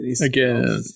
again